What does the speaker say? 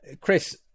Chris